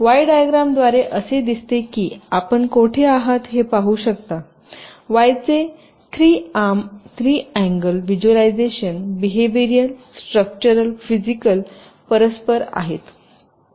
Y diagram द्वारे असे दिसते की आपण कोठे आहात हे पाहू शकता वाय चे 3 arm 3 angle visualisation behavioural structural physical परस्पर आहेत